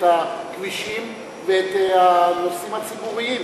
את הכבישים ואת הנושאים הציבוריים.